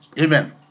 Amen